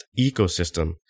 ecosystem